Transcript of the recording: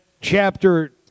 chapter